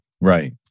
Right